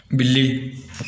ਬਿੱਲੀ